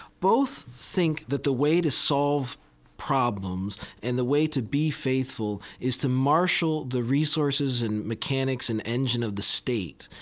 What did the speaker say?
both think that the way to solve problems and the way to be faithful is to marshal the resources and mechanics and engine of the state.